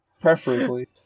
preferably